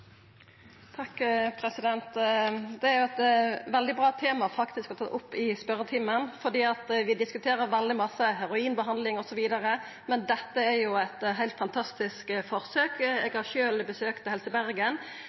er faktisk eit veldig bra tema å ta opp i spørjetimen. Vi diskuterer heroinbehandling osv. veldig mykje, men dette er eit heilt fantastisk forsøk. Eg har sjølv besøkt Helse Bergen